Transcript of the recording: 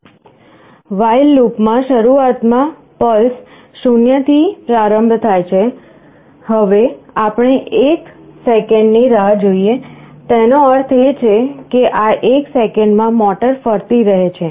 while લૂપમાં શરૂઆતમાં pulse 0 થી પ્રારંભ થાય છે હવે આપણે 1 સેકંડની રાહ જોઈએ તેનો અર્થ એ કે આ 1 સેકંડમાં મોટર ફરતી રહે છે